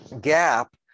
gap